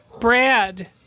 Brad